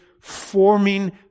Forming